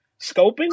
scoping